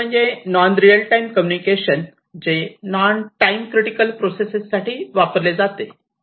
पहिले म्हणजे non real time communication जे नॉन टाईम क्रिटिकल प्रोसेस साठी वापरले जाते